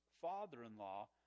father-in-law